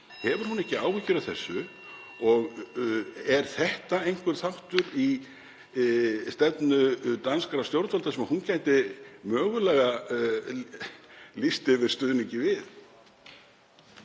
Hefur hún ekki áhyggjur af þessu og er þetta einhver þáttur í stefnu danskra stjórnvalda sem hún gæti mögulega lýst yfir stuðningi við?